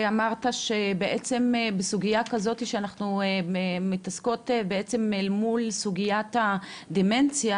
אמרת שבעצם בסוגייה כזאתי שאנחנו מתעסקים בעצם אל מול סוגיית הדמנציה,